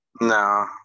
No